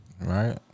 Right